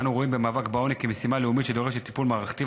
אנו רואים במאבק בעוני משימה לאומית הדורשת טיפול מערכתי,